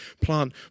plant